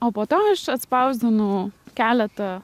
o po to aš atspausdinau keletą